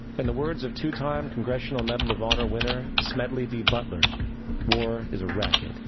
and the words of two times congressional medal of honor winner, smedley d. butler war is a racket.